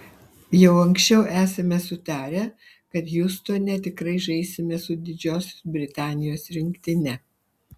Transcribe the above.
jau anksčiau esame sutarę kad hjustone tikrai žaisime su didžiosios britanijos rinktine